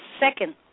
second